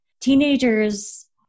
teenagers